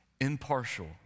impartial